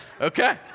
Okay